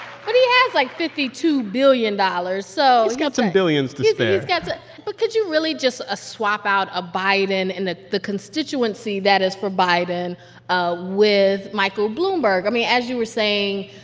but yeah like, fifty two billion dollars, so. he's got some billions to spare he's got to but could you really just ah swap out a biden and the the constituency that is for biden ah with michael bloomberg? i mean, as you were saying,